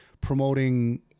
promoting